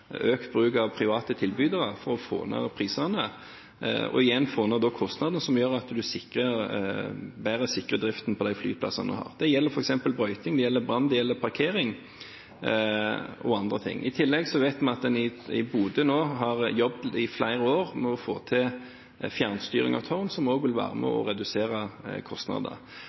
økt bruk av private tilbydere, for å få ned prisene, og da igjen få ned kostnadene, som gjør at vi bedre sikrer driften på de flyplassene vi har. Det gjelder f.eks. brøyting, brann, parkering og andre ting. I tillegg vet vi at en i Bodø nå har jobbet i flere år med å få til fjernstyring av tårn, som også vil være med